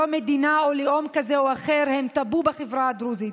לא מדינה או לאום כזה או אחר הם טאבו בחברה הדרוזית,